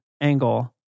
angle